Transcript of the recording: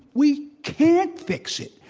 we can't fix it.